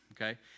Okay